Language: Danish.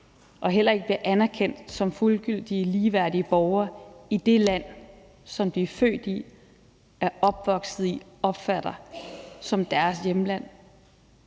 og heller ikke bliver anerkendt som fuldgyldige, ligeværdige borgere i det land, som de er født i, er opvokset i og opfatter som deres hjemland.